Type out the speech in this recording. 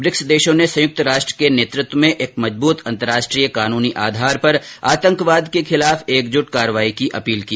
BRICS देशों ने संयुक्त राष्ट्र के नेतृत्व में एक मजबूत अंतर्राष्ट्रीय कानूनी आधार पर आतंकवाद के खिलाफ एक जुट कार्रवाई की अपील की